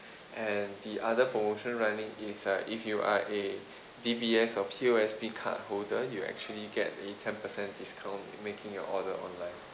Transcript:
and the other promotion running is uh if you are a D_B_S or P_O_S_B card holder you'll actually get a ten per cent discount when making your order online